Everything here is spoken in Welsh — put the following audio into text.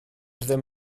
ddim